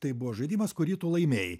tai buvo žaidimas kurį tu laimėjai